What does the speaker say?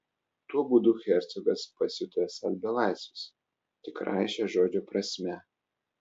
tuo būdu hercogas pasijuto esąs belaisvis tikrąja šio žodžio prasme